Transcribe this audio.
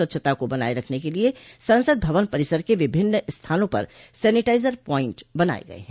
स्वच्छता को बनाए रखने के लिए संसद भवन परिसर के विभिन्न स्थानों पर सैनिटाइजर पॉइंट बनाए गए हैं